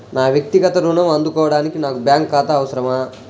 నా వక్తిగత ఋణం అందుకోడానికి నాకు బ్యాంక్ ఖాతా అవసరమా?